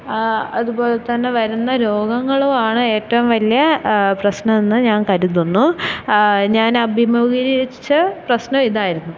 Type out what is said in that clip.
അതുപോലെ തന്നെ വരുന്ന രോഗങ്ങളുമാണ് ഏറ്റവും വലിയ പ്രശ്നമെന്ന് ഞാൻ കരുതുന്നു ഞാൻ അഭിമുഖീകരിച്ച പ്രശ്നം ഇതായിരുന്നു